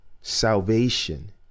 salvation